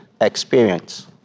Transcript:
experience